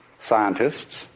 scientists